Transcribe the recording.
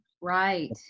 Right